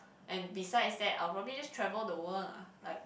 and besides that I'll probably just travel the world lah like